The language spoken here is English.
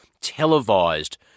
televised